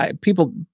people